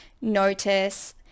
notice